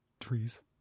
Trees